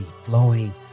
flowing